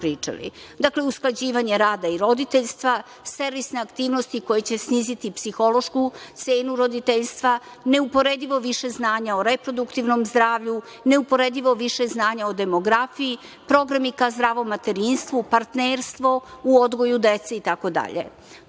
Dakle, usklađivanje rada i roditeljstva, servisne aktivnosti koje će sniziti psihološku cenu roditeljstva, neuporedivo više znanja o reproduktivnom zdravlju, neuporedivo više znanja o demografiji, programi ka zdravom materinstvu, partnerstvo u odgoju dece itd.